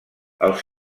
els